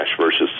versus